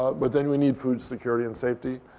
but then we need food, security, and safety.